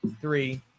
three